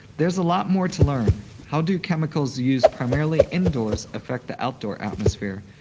there's a lot more to learn. how do chemicals used primarily indoors affect the outdoor atmosphere,